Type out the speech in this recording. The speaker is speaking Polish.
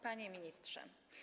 Panie Ministrze!